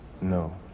No